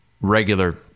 regular